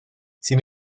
sin